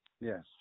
yes